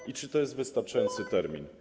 I czy to jest wystarczający termin?